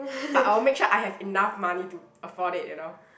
but I will make sure I have enough money to afford it you know